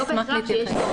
לא בהכרח שיש צורך.